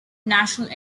national